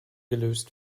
gelöst